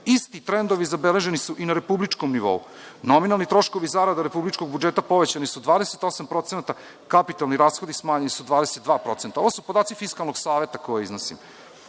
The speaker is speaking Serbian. isti trendovi obeleženi su i na republičkom nivou. Nominalni troškovi zarada republičkog budžeta povećani su 28%, kapitalni rashodi smanjeni su 22%. Ovo su podaci Fiskalnog saveta. Na lokalnom